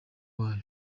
wayo